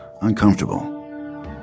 uncomfortable